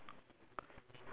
K then we circle that K